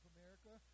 America